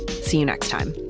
see you next time